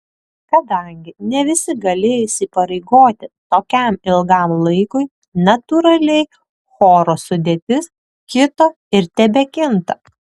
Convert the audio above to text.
kadangi ne visi galėjo įsipareigoti tokiam ilgam laikui natūraliai choro sudėtis kito ir tebekinta